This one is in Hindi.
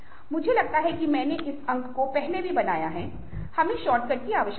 मुझे लगता है कि मैंने इस अंक को पहले भी बनाया है हमें शॉर्टकट की आवश्यकता है